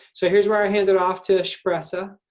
so here's where i hand it off to shpresa.